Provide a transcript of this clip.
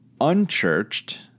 unchurched